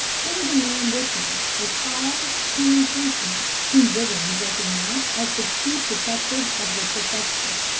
there was a man with him, a tall, keen frenchman whom briggerland recognised as the chief detective of the prefecture.